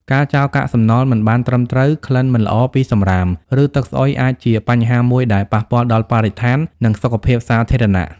ការចោលកាកសំណល់មិនបានត្រឹមត្រូវ ក្លិនមិនល្អពីសំរាម ឬទឹកស្អុយអាចជាបញ្ហាមួយដែលប៉ះពាល់ដល់បរិស្ថាន និងសុខភាពសាធារណៈ។